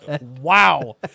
Wow